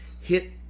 hit